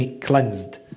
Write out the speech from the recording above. cleansed